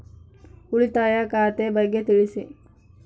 ಉಳಿತಾಯ ಖಾತೆ ಬಗ್ಗೆ ತಿಳಿಸಿ?